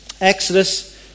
Exodus